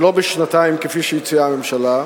ולא בשנתיים, כפי שהציעה הממשלה,